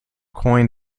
coin